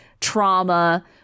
trauma